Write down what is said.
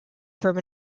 from